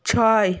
ছয়